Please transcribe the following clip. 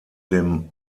dem